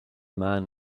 man